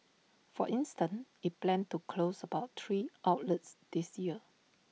for instance IT plans to close about three outlets this year